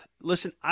Listen